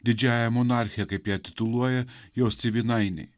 didžiaja monarche kaip ją tituluoja jos tėvynainiai